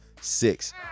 six